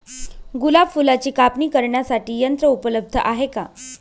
गुलाब फुलाची कापणी करण्यासाठी यंत्र उपलब्ध आहे का?